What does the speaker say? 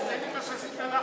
תעשה לי מה שעשית לאחרים.